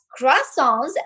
croissants